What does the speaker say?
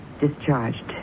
discharged